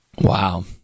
Wow